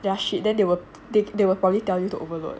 their shit then they will they they will probably tell you to overload